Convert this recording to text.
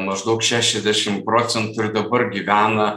maždaug šešiasdešim procentų ir dabar gyvena